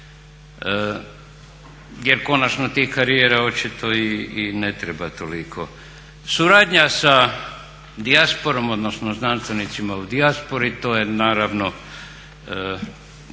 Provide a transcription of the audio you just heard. Jer konačno tih karijera očito i ne treba toliko. Suradnja sa dijasporom, odnosno znanstvenicima u dijaspori to je naravno